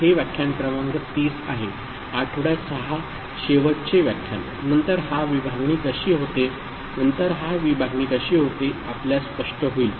हे व्याख्यान क्रमांक 30 आहे आठवड्यात 6 शेवटचे व्याख्यान नंतर हा विभागणी कशी होते हे आपल्यास स्पष्ट होईल